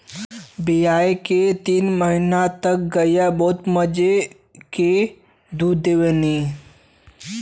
बियाये के तीन महीना तक गइया बहुत मजे के दूध देवलीन